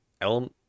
Elm